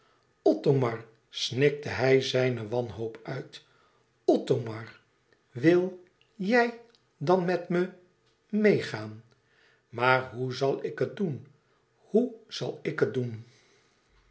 snikte hij zijne wanhoop uit othomar wil jij dan met me meêgaan maar hoe zal ik het doen hoe zal ik het doen